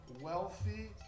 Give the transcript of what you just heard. wealthy